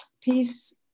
Peace